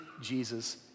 Jesus